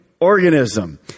organism